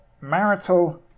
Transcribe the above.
marital